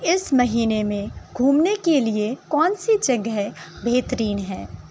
اس مہینے میں گھومنے کے لیے کون سی جگہ بہترین ہیں